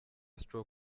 stroke